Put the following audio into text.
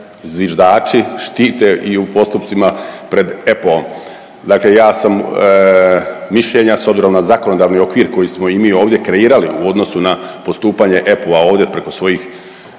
zviždači štite i u postupcima pred EPO-om. Dakle, ja sam mišljenja s obzirom na zakonodavni okvir koji smo i mi ovdje kreirali u odnosu na postupanje EPO-u ovdje preko svojih